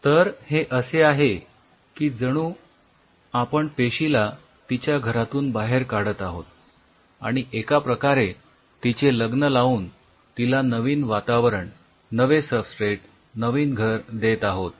तर हे असे आहे की जणू आपण पेशीला तिच्या घरातून बाहेर काढत आहोत आणि एका प्रकारे तिचे लग्न लावून तिला नवे वातावरण नवे सबस्ट्रेट नवीन घर देत आहोत